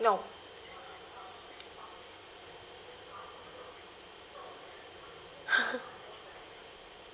no